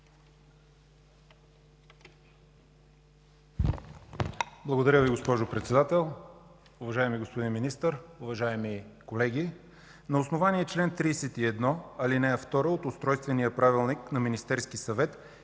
Благодаря Ви, госпожо Председател. Уважаеми господин министър, уважаеми колеги! На основание чл. 31, ал. 2 от Устройствения правилник на Министерския съвет